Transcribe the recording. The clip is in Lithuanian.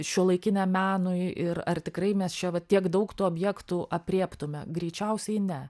šiuolaikiniam menui ir ar tikrai mes čia va tiek daug tų objektų aprėptume greičiausiai ne